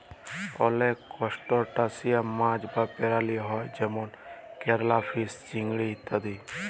অলেক করসটাশিয়াল মাছ বা পেরালি হ্যয় যেমল কেরাইফিস, চিংড়ি ইত্যাদি